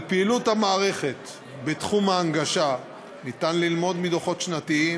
על פעילות המערכת בתחום ההנגשה אפשר ללמוד מדוחות שנתיים,